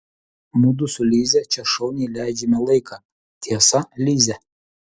mudu su lize čia šauniai leidžiame laiką tiesa lize